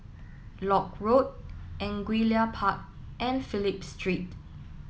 Lock Road Angullia Park and Phillip Street